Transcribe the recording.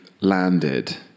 landed